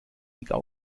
richtig